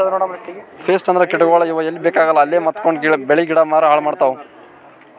pest ಅಂದ್ರ ಕೀಟಗೋಳ್, ಇವ್ ಎಲ್ಲಿ ಬೇಕಾಗಲ್ಲ ಅಲ್ಲೇ ಮೆತ್ಕೊಂಡು ಬೆಳಿ ಗಿಡ ಮರ ಹಾಳ್ ಮಾಡ್ತಾವ್